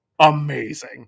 amazing